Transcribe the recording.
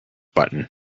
button